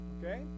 Okay